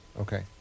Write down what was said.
Okay